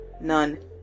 None